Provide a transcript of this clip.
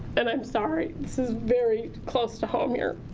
and i'm sorry, this is very close to home here.